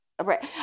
Right